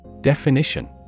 Definition